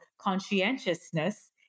conscientiousness